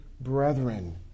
brethren